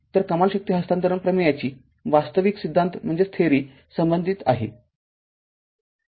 तर कमाल शक्ती हस्तांतरण प्रमेयाची वास्तविकता सिद्धांत संबंधित आहे